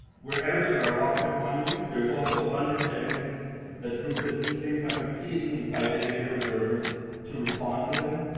wherever there are rock cut monuments, there is also abundant evidence that proves that these things have repeatedly incited later observers to respond to them,